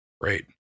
Great